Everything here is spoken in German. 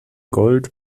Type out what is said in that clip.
gold